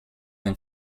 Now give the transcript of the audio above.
than